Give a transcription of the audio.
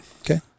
Okay